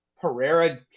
Pereira